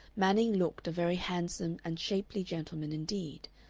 manning looked a very handsome and shapely gentleman indeed,